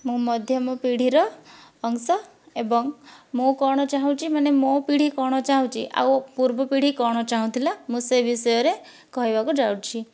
ମୁଁ ମଧ୍ୟମ ପିଢ଼ିର ଅଂଶ ଏବଂ ମୁଁ କ'ଣ ଚାହୁଁଛି ମାନେ ମୋ' ପିଢ଼ି କ'ଣ ଚାହୁଁଛି ଆଉ ପୂର୍ବ ପିଢ଼ି କ'ଣ ଚାହୁଁଥିଲା ମୁଁ ସେ ବିଷୟରେ କହିବାକୁ ଯାଉଛି